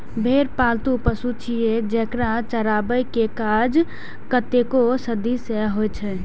भेड़ पालतु पशु छियै, जेकरा चराबै के काज कतेको सदी सं होइ छै